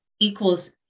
equals